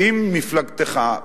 שאם מפלגתך,